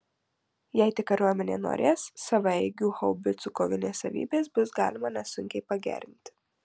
jei tik kariuomenė norės savaeigių haubicų kovinės savybės bus galima nesunkiai pagerinti